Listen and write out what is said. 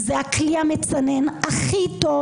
זה הכלי המצנן הכי טוב,